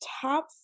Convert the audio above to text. top